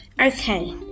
Okay